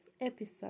episode